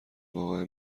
واقعا